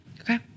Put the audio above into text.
Okay